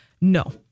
No